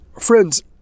Friends